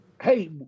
hey